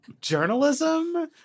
journalism